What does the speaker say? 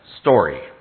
story